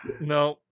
no